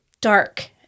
dark